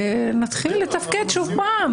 ונתחיל לתפקד שוב.